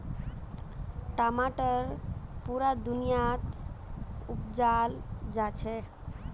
टमाटर पुरा दुनियात उपजाल जाछेक